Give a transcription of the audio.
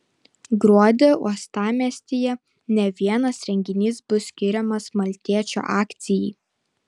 gruodį uostamiestyje ne vienas renginys bus skiriamas maltiečių akcijai